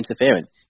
interference